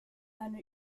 eine